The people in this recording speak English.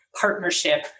partnership